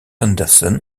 anderson